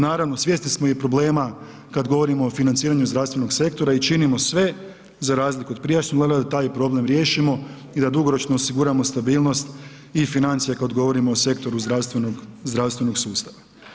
Naravno, svjesni smo i problema, kad govorimo o financiranju zdravstvenog sektora i činimo sve, za razliku od prijašnjih Vlada da taj problem riješimo i da dugoročno osiguramo stabilnost i financije kad govorimo o sektoru zdravstvenog sustava.